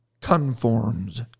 conforms